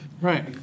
Right